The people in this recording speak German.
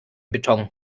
beton